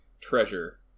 treasure